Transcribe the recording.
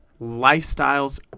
lifestyles